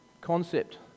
concept